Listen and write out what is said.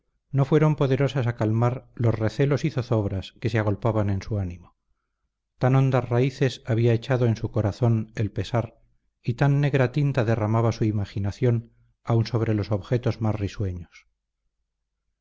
no fueron poderosas a calmar los recelos y zozobras que se agolpaban en su ánimo tan hondas raíces había echado en su corazón el pesar y tan negra tinta derramaba su imaginación aun sobre los objetos más risueños